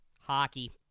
Hockey